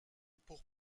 pour